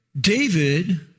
David